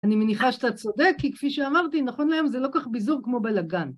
אני מניחה שאתה צודק כי כפי שאמרתי נכון להם זה לא כך ביזור כמו בלאגן.